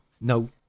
No